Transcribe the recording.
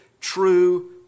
true